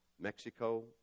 Mexico